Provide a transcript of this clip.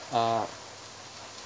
uh